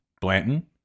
Blanton